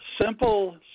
simple